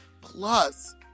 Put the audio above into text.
plus